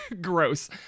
gross